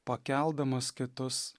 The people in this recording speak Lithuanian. pakeldamas kitus